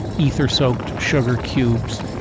ether-soaked sugar cubes,